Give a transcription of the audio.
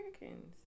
Americans